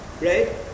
right